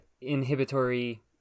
inhibitory